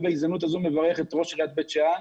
בהזדמנות הזאת אני גם מברך את ראש עיריית בית שאן